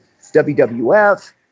WWF